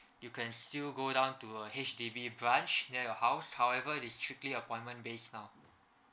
you can still go down to a H_D_B branch near your house however it is strictly appointment based now